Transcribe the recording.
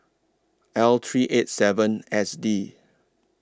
L three eight seven S D